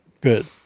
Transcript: Good